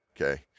okay